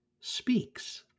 speaks